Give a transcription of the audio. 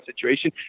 situation